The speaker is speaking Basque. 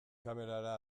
kamerara